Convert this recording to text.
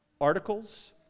articles